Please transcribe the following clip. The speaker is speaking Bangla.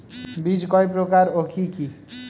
বীজ কয় প্রকার ও কি কি?